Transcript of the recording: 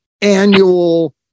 annual